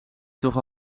toch